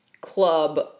club